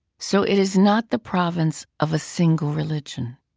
so it is not the provence of a single religion.